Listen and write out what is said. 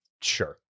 Sure